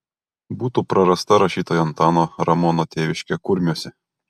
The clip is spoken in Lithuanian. būtų prarasta rašytojo antano ramono tėviškė kurmiuose